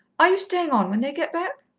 are you staying on when they get back?